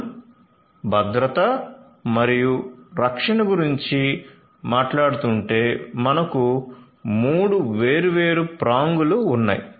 మనం భద్రత మరియు రక్షణ గురించి మాట్లాడుతుంటే మనకు 3 వేర్వేరు ప్రాంగులు ఉన్నాయి